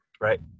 Right